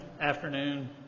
afternoon